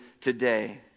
today